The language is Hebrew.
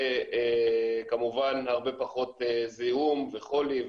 וכמובן הרבה פחות זיהום וחולי,